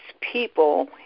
people